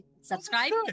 subscribe